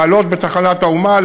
לעלות בתחנת האומה,